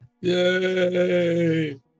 Yay